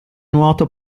nuoto